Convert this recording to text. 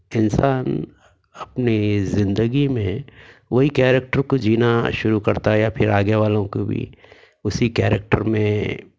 انسان اپنی زندگی میں وہی کیریکٹر کو جینا شروع کرتا ہے یا پھر آگے والوں کو بھی اسی کیریکٹر میں